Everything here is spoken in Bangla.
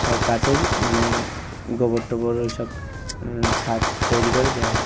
সব গাছেই মানে গোবর টোবর ওই সব সার তৈরি করে দেওয়া হয়